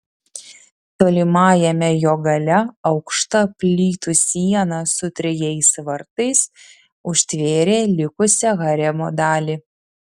tolimajame jo gale aukšta plytų siena su trejais vartais užtvėrė likusią haremo dalį